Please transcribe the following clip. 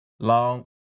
Long